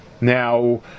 Now